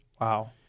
Wow